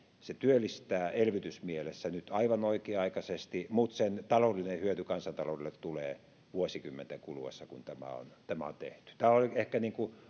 se työllistää elvytysmielessä nyt aivan oikea aikaisesti mutta sen taloudellinen hyöty kansantaloudelle tulee vuosikymmenten kuluessa kun tämä on tämä on tehty tämä on ehkä